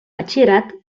batxillerat